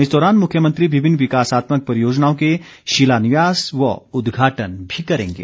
इस दौरान मुख्यमंत्री विभिन्न विकासात्मक परियोजनाओं के शिलान्यास व उद्घाटन भी करेंगे